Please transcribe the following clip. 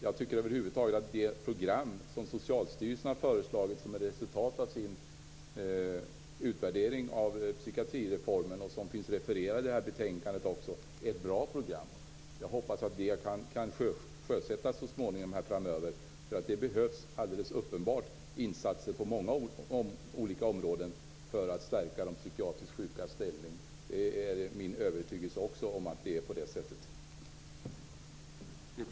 Jag tycker över huvud taget att det program som Socialstyrelsen har föreslagit som ett resultat av sin utvärdering av psykiatrireformen, som finns refererat i betänkandet, är ett bra program. Jag hoppas att det kan sjösättas framöver. Det behövs alldeles uppenbart insatser på många olika områden för att stärka de psykiskt sjukas ställning. Det är min övertygelse att det är på det sättet.